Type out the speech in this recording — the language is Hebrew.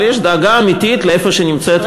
אבל יש דאגה אמיתית למקום שבו נמצאת מדינת,